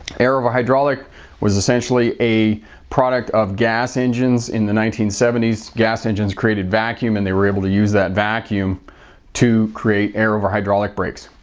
air-over-hydraulic was essentially a product of gas engines in the nineteen seventies. gas engines created vacuum and they were able to use that vacuum to create air-over-hydraulic brakes.